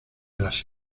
las